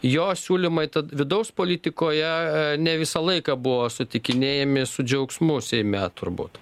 jo siūlymai tad vidaus politikoje ne visą laiką buvo sutikinėjami su džiaugsmu seime turbūt